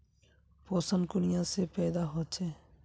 पोषण कुनियाँ से पैदा होचे?